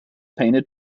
painted